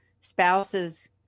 spouses